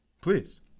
Please